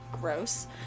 Gross